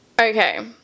Okay